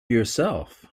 yourself